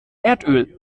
erdöl